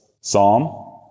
psalm